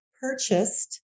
purchased